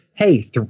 hey